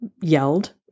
yelled